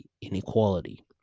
inequality